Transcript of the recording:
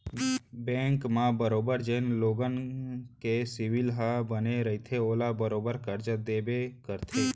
bank मन बरोबर जेन लोगन के सिविल ह बने रइथे ओला बरोबर करजा देबे करथे